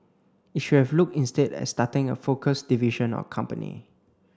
it should have looked instead at starting a focused division or company